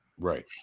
Right